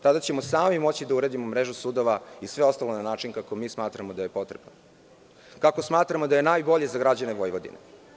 Tada ćemo sami moći da uredimo mrežu sudova i sve ostalo na način kako mi smatramo da je potrebno, kako smatramo da je najbolje za građane Vojvodine.